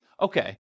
okay